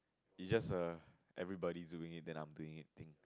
it's just err everybody doing it then I'm doing it thing